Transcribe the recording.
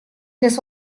this